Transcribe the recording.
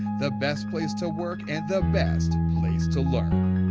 the best place to work, and the best place to learn.